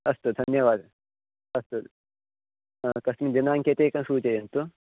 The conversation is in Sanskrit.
अस्तु धन्यवादः अस्तु कस्मिन् दिनाङ्के इति एकं सूचयन्तु